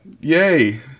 Yay